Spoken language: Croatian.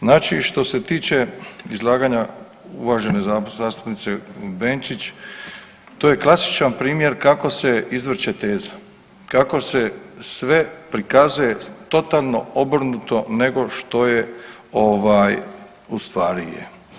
Znači što se tiče izlaganja uvažene zastupnice Benčić, to je klasičan primjer kako se izvrće teza, kako se sve prikazuje totalno obrnuto nego što ustvari je.